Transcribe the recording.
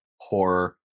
horror